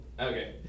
Okay